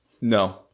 No